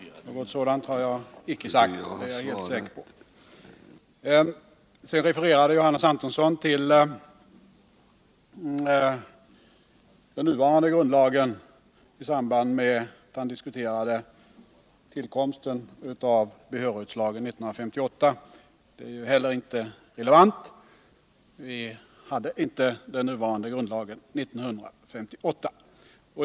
Något sådant har jag icke sagt — det är jag helt säker på. Sedan refererade Johannes Antonsson till den nuvarande grundlagen i samband med att han diskuterade tillkomsten av behörighetslagen 1958. Det är heller inte relevant. Vi hade inte den nuvarande grundlagen 1958.